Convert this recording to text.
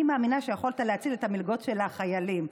אני מאמינה שהיית יכול להציל את המלגות של החיילים.